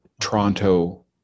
toronto